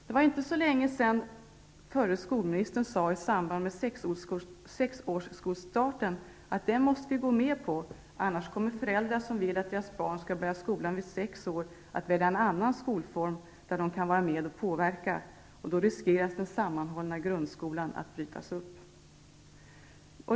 Det var inte så länge sedan som den förre skolministern sade att vi måste gå med på förslaget om skolstart vid sex års ålder, eftersom föräldrar som vill att deras barn skall börja skolan vid sex års ålder annars kommer att välja en annan skolform där de kan vara med och påverka och det då finns risk för att den sammanhållna grundskolan bryts upp.